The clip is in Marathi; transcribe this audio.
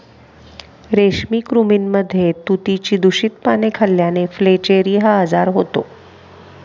रेशमी कृमींमध्ये तुतीची दूषित पाने खाल्ल्याने फ्लेचेरी हा आजार होतो